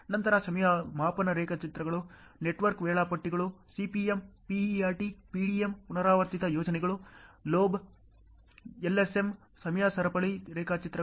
ನಂತರ ಸಮಯ ಮಾಪನ ರೇಖಾಚಿತ್ರಗಳು ನೆಟ್ವರ್ಕ್ ವೇಳಾಪಟ್ಟಿಗಳು CPM PERT PDM ಪುನರಾವರ್ತಿತ ಯೋಜನೆಗಳು LoB LSM ಸಮಯ ಸರಪಳಿ ರೇಖಾಚಿತ್ರಗಳು